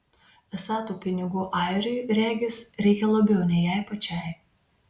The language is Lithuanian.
esą tų pinigų airiui regis reikia labiau nei jai pačiai